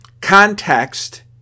context